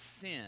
sin